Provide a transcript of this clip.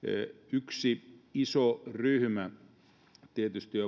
yksi iso ryhmä tietysti